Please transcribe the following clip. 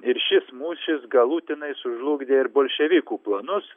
ir šis mūšis galutinai sužlugdė ir bolševikų planus